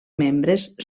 membres